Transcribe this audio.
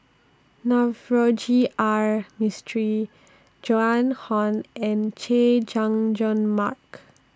Navroji R Mistri Joan Hon and Chay Jung Jun Mark